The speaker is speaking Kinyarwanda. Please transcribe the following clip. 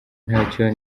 ntacyo